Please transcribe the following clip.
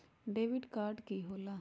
Debit card की होला?